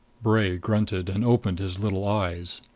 bray grunted, and opened his little eyes.